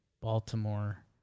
Baltimore